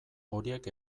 horiek